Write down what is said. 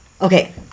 Okay